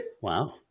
Wow